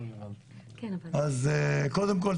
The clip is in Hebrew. אז קודם כל,